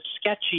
sketchy